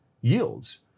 yields